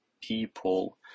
people